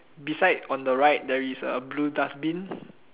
beside on the right there is a blue dustbin